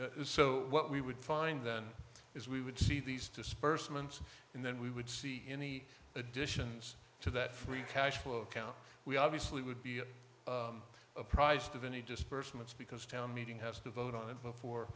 so what we would find then is we would see these disbursements and then we would see any additions to that free cash flow account we obviously would be apprised of any disbursements because town meeting has to vote on it before